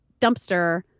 dumpster